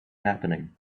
happening